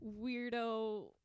weirdo